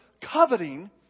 coveting